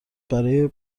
برای